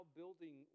building